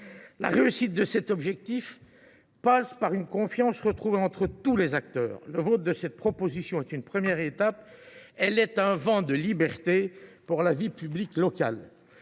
La réussite de cet objectif passe par une confiance retrouvée entre tous les acteurs. Le vote de cette proposition de loi est une première étape ; elle fait souffler un vent de liberté pour la vie publique locale.